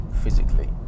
physically